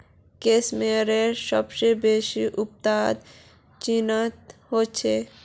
case मेयरेर सबस बेसी उत्पादन चीनत ह छेक